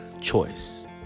choice